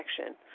action